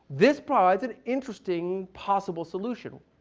this provides an interesting possible solution.